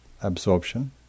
absorption